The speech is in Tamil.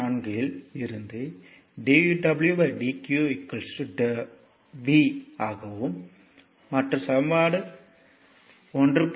4 இல் இருந்து dwdq V ஆகவும் மற்றும் சமன்பாடு 1